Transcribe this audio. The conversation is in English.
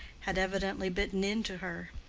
had evidently bitten into her.